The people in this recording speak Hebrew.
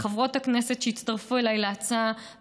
לחברות הכנסת שהצטרפו אלי להצעה,